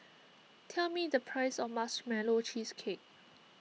tell me the price of Marshmallow Cheesecake